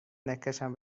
نکشن